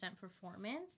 performance